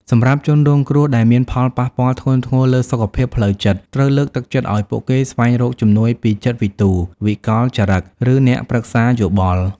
សម្រាប់ជនរងគ្រោះដែលមានផលប៉ះពាល់ធ្ងន់ធ្ងរលើសុខភាពផ្លូវចិត្ត ត្រូវលើកទឹកចិត្តឲ្យពួកគេស្វែងរកជំនួយពីចិត្តវិទូ វិកលចរិត ឬអ្នកប្រឹក្សាយោបល់។